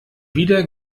wieder